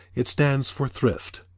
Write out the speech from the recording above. it stands for thrift.